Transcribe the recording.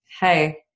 hey